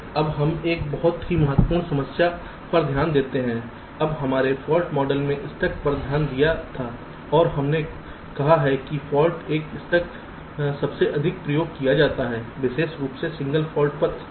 अब हम एक बहुत ही महत्वपूर्ण समस्या पर ध्यान देते हैं अब हमने फॉल्ट मॉडल में स्टक पर ध्यान दिया था और हमने कहा है कि फॉल्ट पर स्टक सबसे अधिक उपयोग किया जाता है विशेष रूप से सिंगल फॉल्ट पर स्टक